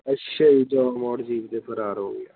ਅੱਛਿਆ ਜੀ ਜਿਊਣਾ ਮੋੜ ਜੀਪ 'ਤੇ ਫਰਾਰ ਹੋ ਗਿਆ